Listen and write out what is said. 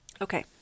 Okay